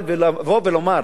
אבל לבוא ולומר: